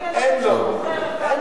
אין לו, אין לו.